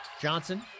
Johnson